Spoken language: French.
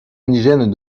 indigène